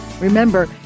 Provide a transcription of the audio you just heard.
Remember